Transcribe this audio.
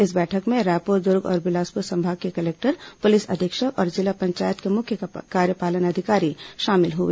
इस बैठक में रायपुर दुर्ग और बिलासपुर संभाग के कलेक्टर पुलिस अधीक्षक और जिला पंचायत के मुख्य कार्यपालन अधिकारी शामिल हुए